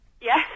Yes